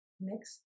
mix